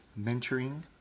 mentoring